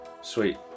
Sweet